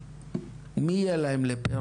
מי יהיה להם לפה?